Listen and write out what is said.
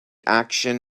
action